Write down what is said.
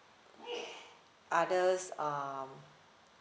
others um